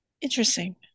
interesting